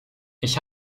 ich